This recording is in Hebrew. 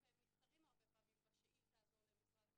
והם נפתרים הרבה פעמים בשאילתה הזו למשרד החינוך,